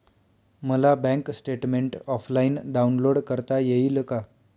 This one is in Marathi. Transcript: मला बँक स्टेटमेन्ट ऑफलाईन डाउनलोड करता येईल का?